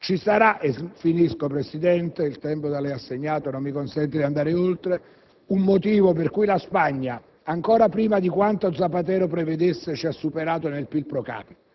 Ci sarà, e finisco, Presidente, poiché il tempo da lei assegnato non mi consente di andare oltre, un motivo per cui la Spagna, ancora prima di quanto Zapatero prevedesse, ci ha superato nel PIL pro capite.